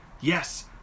yes